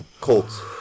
Colts